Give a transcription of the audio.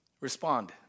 respond